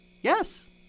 Yes